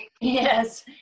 yes